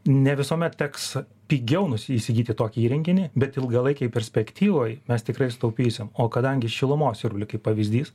ne visuomet teks pigiau nusi įsigyti tokį įrenginį bet ilgalaikėj perspektyvojemes tikrai sutaupysim o kadangi šilumos siurblį kaip pavyzdys